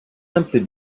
simply